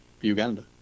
Uganda